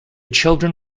children